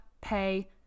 pay